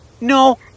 No